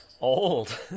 old